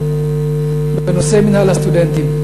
בנושא מינהל הסטודנטים,